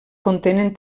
contenen